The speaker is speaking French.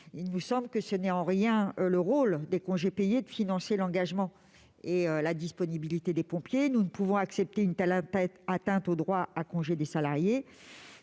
Il nous semble que le rôle des congés payés n'est en rien de financer l'engagement et la disponibilité des pompiers. Nous ne pouvons accepter une telle atteinte au droit à congés des salariés